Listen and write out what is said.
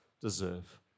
deserve